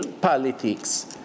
politics